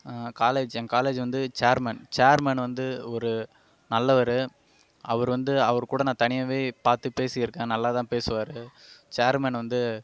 college என் காலேஜி வந்து ச்சேர்மன் ச்சேர்மன் வந்து ஒரு நல்லவர் அவரு வந்து அவர் கூட நா தனியாக பார்த்து பேசிருக்க நல்லாதான் பேசுவார் ச்சேர்மன் வந்து